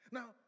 Now